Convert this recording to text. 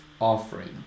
offering